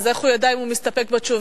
אז איך הוא ידע אם הוא מסתפק בתשובה,